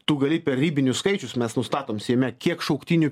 tu gali ribinius skaičius mes nustatom seime kiek šauktinių